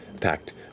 packed